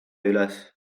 üles